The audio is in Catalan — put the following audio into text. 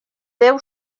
deu